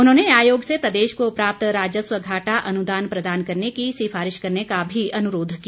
उन्होंने आयोग से प्रदेश को प्राप्त राजस्व घाटा अनुदान प्रदान करने की सिफारिश करने का भी अनुरोध किया